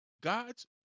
God's